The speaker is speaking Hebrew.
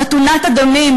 חתונת הדמים,